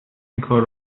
اینکار